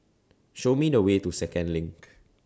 Show Me The Way to Second LINK